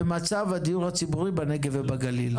ומצב הדיור הציבורי בנגב ובגליל.